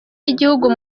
y’igihugu